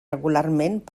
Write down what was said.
regularment